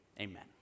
amen